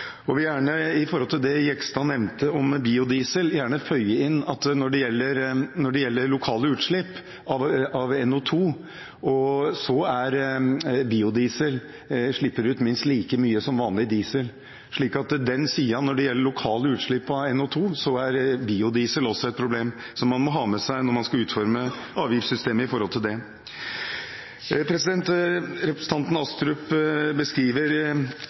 det Jegstad nevnte om biodiesel, vil jeg gjerne føye til, om lokale utslipp av NO2: Biodiesel slipper ut minst like mye som vanlig diesel. Når det gjelder lokale utslipp av NO2, er biodiesel også et problem, som man må ha med seg når man skal utforme avgiftssystemet for det. Representanten Astrup beskriver